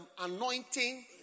anointing